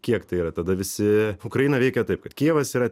kiek tai yra tada visi ukraina veikia taip kad kijevas yra